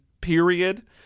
period